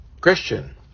christian